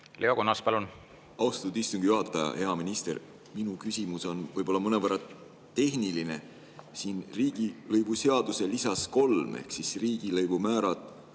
Leo Kunnas, palun! Austatud istungi juhataja! Hea minister! Minu küsimus on võib-olla mõnevõrra tehniline. Siin riigilõivuseaduse lisas 3 ehk "Riigilõivumäärad